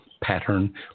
pattern